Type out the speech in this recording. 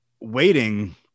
waiting